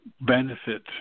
benefit